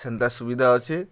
ସେନ୍ତା ସୁବିଧା ଅଛେ